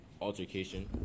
altercation